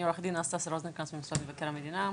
אני עו"ד אנסטסיה רוזנקרנץ ממשרד מבקר המדינה.